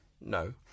No